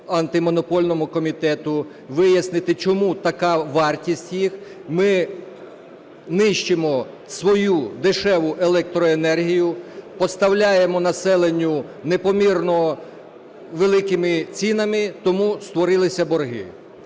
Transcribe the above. Антимонопольному комітету, вияснити чому така вартість їх, ми нищимо свою дешеву електроенергію, поставляємо населенню з непомірно великими цінами, тому створилися борги.